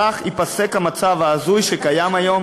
כך ייפסק המצב ההזוי שקיים היום,